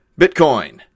Bitcoin